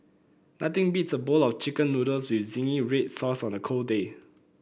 nothing beats a bowl of chicken noodles with zingy red sauce on a cold day